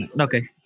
Okay